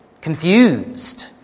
confused